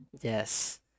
Yes